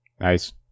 Nice